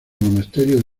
monasterio